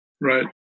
Right